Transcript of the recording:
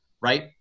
right